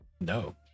No